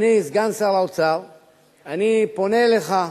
פונה אליך.